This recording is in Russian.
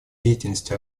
деятельности